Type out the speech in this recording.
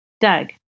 Doug